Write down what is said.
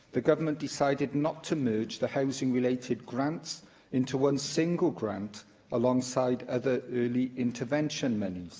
the government decided not to merge the housing-related grants into one single grant alongside other early intervention